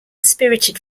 spirited